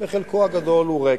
בחלקו הגדול הוא ריק.